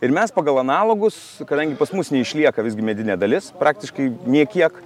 ir mes pagal analogus kadangi pas mus neišlieka visgi medinė dalis praktiškai nė kiek